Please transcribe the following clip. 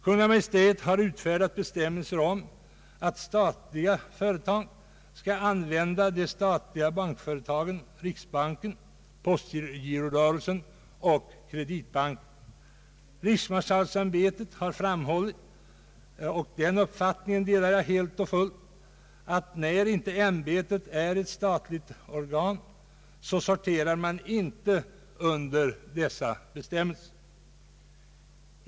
Kungl. Maj:t har utfärdat bestämmelser om att statliga företag skall använda de statliga bankföretagen — riksbanken, postgirorörelsen och Kreditbanken. - Riksmarskalksämbetet har framhållit — och den uppfattningen delar jag helt och fullt — att när inte ämbetet är ett statligt organ så sorterar man inte under dessa bestämmelser.